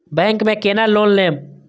Bank में केना loan लेम?